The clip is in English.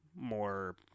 more